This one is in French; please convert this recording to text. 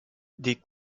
des